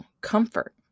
comfort